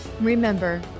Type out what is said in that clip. Remember